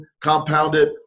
compounded